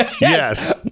Yes